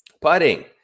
Putting